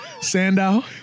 Sandow